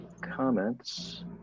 comments